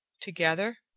Together